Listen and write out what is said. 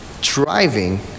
driving